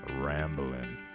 rambling